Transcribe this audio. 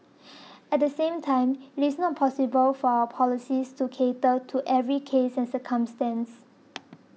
at the same time it is not possible for our policies to cater to every case and circumstance